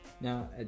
Now